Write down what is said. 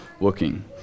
looking